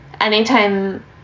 Anytime